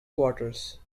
quarters